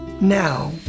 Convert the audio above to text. Now